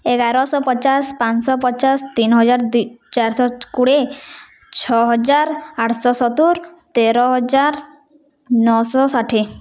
ଏଗାରଶହ ପଚାଶ ପାଞ୍ଚଶହ ପଚାଶ ତିନି ହଜାର ଚାରିଶହ କୋଡ଼ିଏ ଛଅହଜାର ଆଠଶହ ସତୁରି ତେରହଜାର ନଅଶହ ଷାଠିଏ